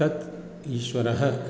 तत् ईश्वरः